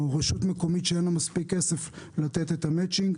רשות מקומית שאין לה מספיק כסף לתת את המאצ'ינג.